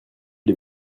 des